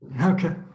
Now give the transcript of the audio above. Okay